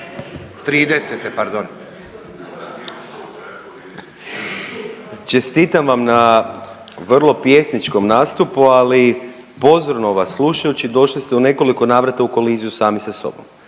Mišel (SDP)** Čestitam vam na vrlo pjesničkom nastupu, ali pozorno vas slušajući, došli ste u nekoliko navrata u koliziju sami sa sobom.